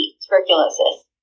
tuberculosis